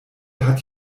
hat